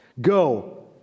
Go